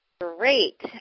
Great